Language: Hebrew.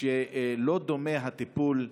שלא דומה הטיפול,